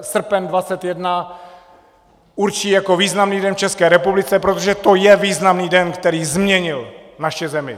srpen 21 určí jako významný den v České republice, protože to je významný den, který změnil naši zemi.